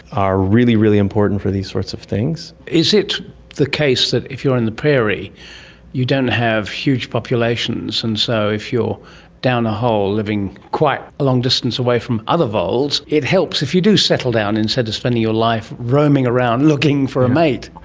are really, really important for these sorts of things. is it the case that if you're in the prairie you don't have a huge populations and so if you're down a hole living quite a long distance away from other voles, it helps if you do settle down instead of spending your life roaming around looking for a mate.